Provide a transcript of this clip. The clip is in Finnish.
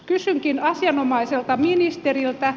kysynkin asianomaiselta ministeriltä